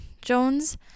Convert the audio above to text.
Jones